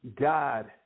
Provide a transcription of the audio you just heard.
God